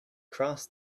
cross